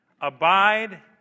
Abide